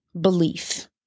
belief